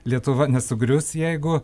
lietuva nesugrius jeigu